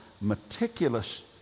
meticulous